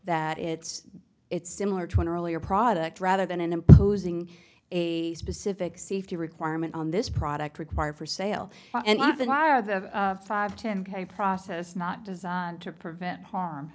that it's it's similar to an earlier product rather than an imposing a specific safety requirement on this product required for sale and the wire the five ten k process is not designed to prevent harm